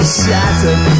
shattered